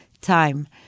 time